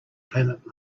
planet